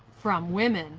from women